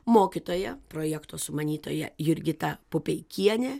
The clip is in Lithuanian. mokytoja projekto sumanytoja jurgita pupeikienė